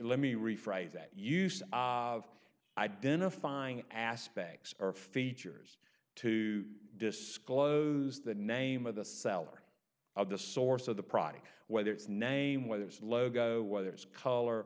let me rephrase that use of identifying aspects are features to disclose the name of the seller of the source of the product whether it's name whether it's logo whether it's col